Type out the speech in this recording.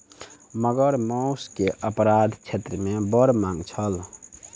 मगर मौस के अपराध क्षेत्र मे बड़ मांग छल